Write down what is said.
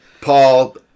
Paul